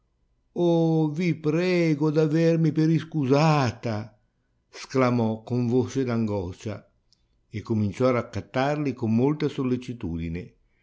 oh vi prego d'avermi per iscusata sclamò con voce d'angoscia e cominciò a raccattarli con molta sollecitudine